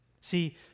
See